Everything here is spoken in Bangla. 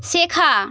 শেখা